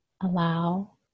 allow